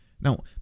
Now